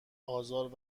آزار